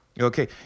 Okay